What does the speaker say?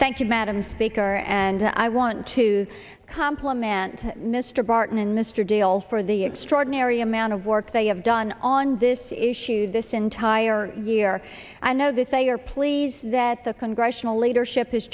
thank you madam speaker and i want to compliment mr barton and mr dale for the extraordinary amount of work they have done on this issue this entire year i know that they are pleased that the congressional leadership